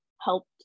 helped